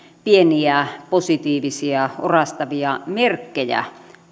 pieniä positiivisia orastavia merkkejä